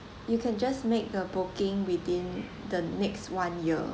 you can just make the booking within the next one year